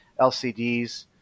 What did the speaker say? LCDs